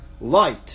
light